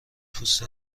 پوست